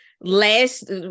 last